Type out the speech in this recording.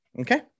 Okay